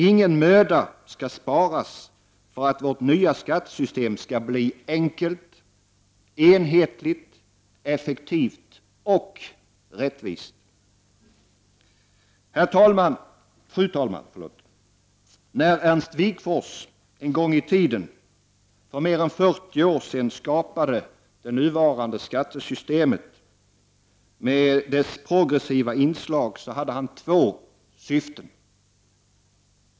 Ingen möda skall sparas för att vårt nya skattesystem skall bli enkelt, enhetligt, effektivt och rättvist. Fru talman! När Ernst Wigforss en gång i tiden — för mer än 40 år sedan — skapade det nuvarande skattesystemet med dess progressiva inslag, hade han två syften.